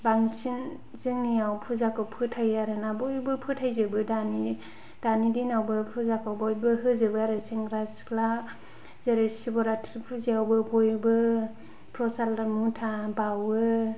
बांसिन जोंनियाव फुजाखौ फोथायो आरोना बयबो फोथायजोबो दानि दानि दिनावबो फुजाखौ बयबो होजोबो आरो सेंग्रा सिख्ला जेरै शिब रात्रि फुजायावबो बयबो प्रसाद मुथा बावो